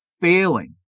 failing